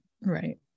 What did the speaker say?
Right